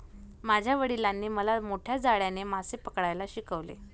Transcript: माझ्या वडिलांनी मला मोठ्या जाळ्याने मासे पकडायला शिकवले